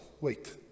Wait